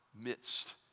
midst